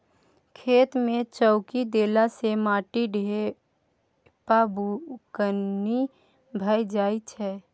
खेत मे चौकी देला सँ माटिक ढेपा बुकनी भए जाइ छै